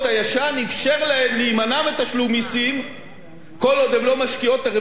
מסים כל עוד הן לא משקיעות את הרווחים בחו"ל והן נמנעו מהשקעה כזו.